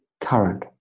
Current